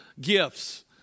gifts